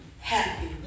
happy